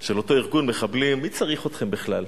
של אותו ארגון מחבלים: מי צריך אתכם בכלל?